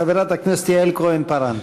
חברת הכנסת יעל כהן-פארן.